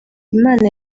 imana